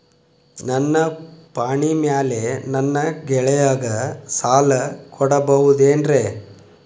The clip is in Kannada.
ನನ್ನ ಪಾಣಿಮ್ಯಾಲೆ ನನ್ನ ಗೆಳೆಯಗ ಸಾಲ ಕೊಡಬಹುದೇನ್ರೇ?